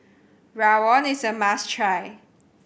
Rawon is a must try